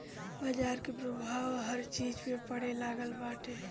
बाजार के प्रभाव अब हर चीज पे पड़े लागल बाटे